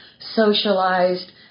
socialized